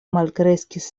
malkreskis